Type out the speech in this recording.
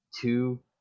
two